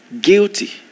guilty